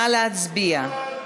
נא להצביע.